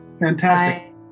Fantastic